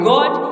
God